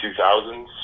2000s